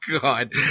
God